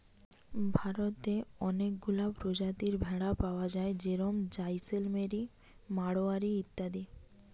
ভারতে অনেকগুলা প্রজাতির ভেড়া পায়া যায় যেরম জাইসেলমেরি, মাড়োয়ারি ইত্যাদি